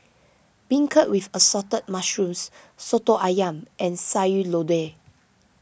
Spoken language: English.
Beancurd with Assorted Mushrooms Soto Ayam and Sayur Lodeh